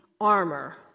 armor